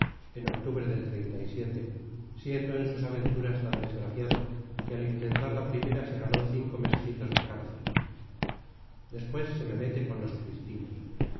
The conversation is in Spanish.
en octubre del siendo en sus aventuras tan desgraciado que al intentar la primera se ganó cinco mesecitos de cárcel después se me mete con los cristinos